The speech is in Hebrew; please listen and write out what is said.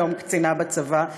היום קצינה בצבא.